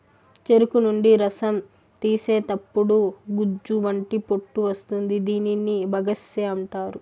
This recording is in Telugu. చెరుకు నుండి రసం తీసేతప్పుడు గుజ్జు వంటి పొట్టు వస్తుంది దీనిని బగస్సే అంటారు